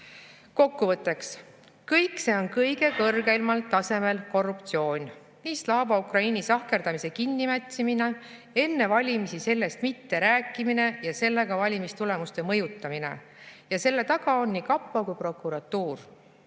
fakt. Kokkuvõtteks. Kõik see on kõige kõrgemal tasemel korruptsioon, Slava Ukraini sahkerdamise kinnimätsimine, enne valimisi sellest mitterääkimine ja sellega valimistulemuste mõjutamine. Ja selle taga on nii kapo kui ka prokuratuur.